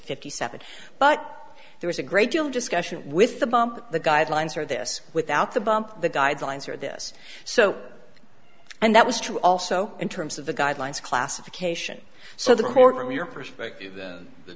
fifty seven but there was a great deal of discussion with the bump the guidelines are this without the bump the guidelines are this so and that was true also in terms of the guidelines classification so the court from your perspective th